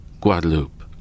Guadeloupe